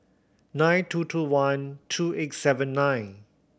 nine two two one two eight seven nine